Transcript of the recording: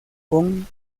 con